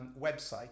website